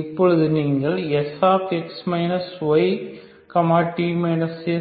இப்போது நீங்கள் Sx y t